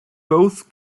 both